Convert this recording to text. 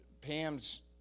Pam's